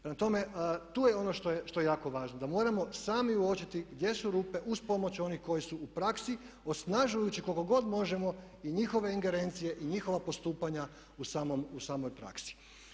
Prema tome, tu je ono što je jako važno da moramo sami uočiti gdje su rupe uz pomoć onih koji su u praksi osnažujući koliko god možemo i njihove ingerencije i njihova postupanja u samoj praksi.